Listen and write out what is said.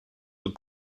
the